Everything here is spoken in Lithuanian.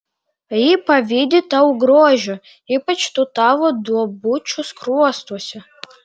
ji pavydi tau grožio ypač tų tavo duobučių skruostuose